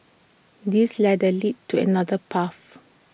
this ladder leads to another path